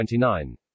29